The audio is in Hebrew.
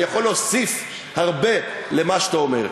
אני יכול להוסיף הרבה למה שאתה אומר.